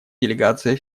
делегация